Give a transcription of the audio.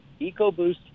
EcoBoost